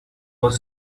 was